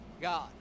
God